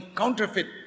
counterfeit